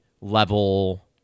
level